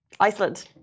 Iceland